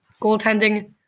goaltending